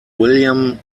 william